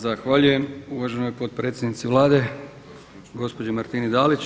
Zahvaljujem uvaženoj potpredsjednici Vlade gospođi Martini Dalić.